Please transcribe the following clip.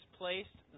placed